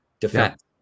defense